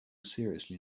seriously